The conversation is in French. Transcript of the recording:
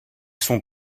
sont